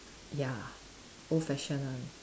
ya old fashion one